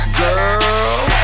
girl